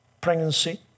pregnancy